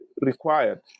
required